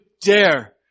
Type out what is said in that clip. dare